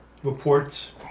Reports